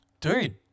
Dude